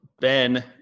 Ben